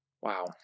Wow